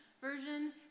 version